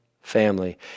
family